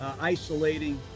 isolating